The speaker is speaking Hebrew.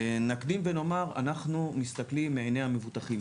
נקדים ונאמר, אנחנו מסתכלים מעיניי המבוטחים.